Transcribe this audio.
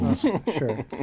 Sure